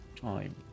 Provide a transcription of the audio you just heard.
time